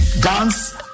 dance